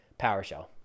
PowerShell